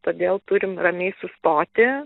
todėl turim ramiai sustoti